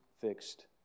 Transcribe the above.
fixed